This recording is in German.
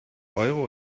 euro